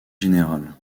générale